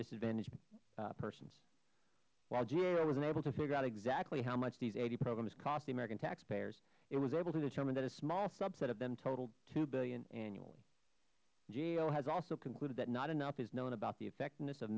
disadvantaged persons while gao was unable to figure out exactly how much these eighty programs cost the american taxpayers it was able to determine that a small subset of them totaled two dollars billion annually gao has also concluded that not enough is known about the effectiveness of